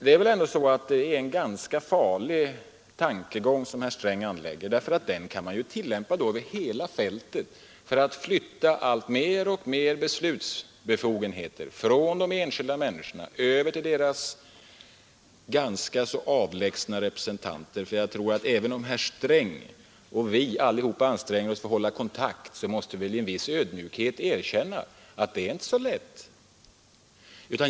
Herr Strängs tankegång är väl ändå ganska farlig; den skulle man kunna tillämpa över hela fältet för att flytta allt fler beslutsbefogenheter från de enskilda människorna över till deras ganska avlägsna representanter — för även om herr Sträng och vi alla anstränger oss för att hålla kontakt måste vi nog med en viss ödmjukhet erkänna att det inte är så lätt.